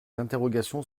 interrogations